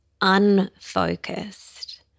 unfocused